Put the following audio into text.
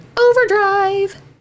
overdrive